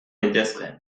daitezke